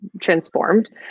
transformed